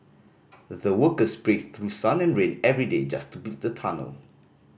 the workers braved through sun and rain every day just to build the tunnel